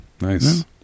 Nice